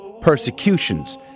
persecutions